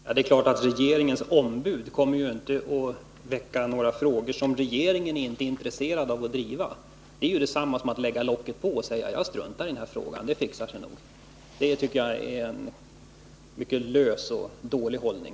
Herr talman! Det är klart att regeringens ombud inte kommer att väcka några frågor som regeringen inte är intresserad av att driva. Detta är ju detsamma som att lägga locket på och säga: Jag struntar i den här frågan, det fixar sig nog. Det tycker jag är en mycket lös och dålig hållning.